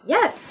Yes